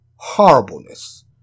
Horribleness